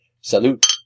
Salute